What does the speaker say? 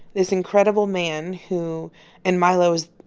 this incredible man who and milo's,